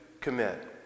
commit